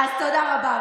אז תודה רבה.